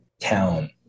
town